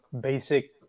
basic